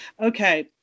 Okay